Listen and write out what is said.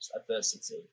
adversity